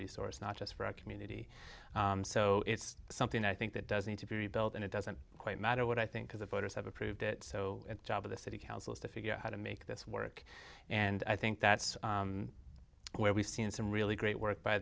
resource not just for a community so it's something i think that does need to be rebuilt and it doesn't quite matter what i think of the voters have approved it so job of the city council is to figure out how to make this work and i think that's where we've seen some really great work by